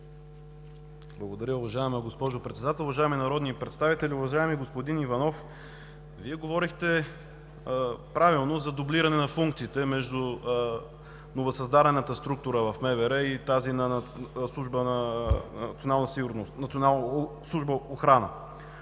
Благодаря, уважаема госпожо Председател. Уважаеми народни представители! Уважаеми господин Иванов, Вие правилно говорихте за дублиране на функциите между новосъздадената структура в МВР и Националната служба за охрана.